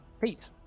pete